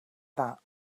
that